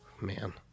Man